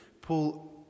Paul